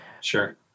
Sure